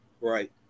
Right